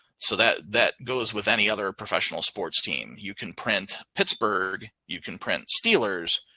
so that that goes with any other professional sports team. you can print pittsburgh, you can print steelers,